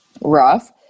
rough